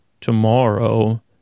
tomorrow